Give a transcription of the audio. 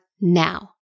now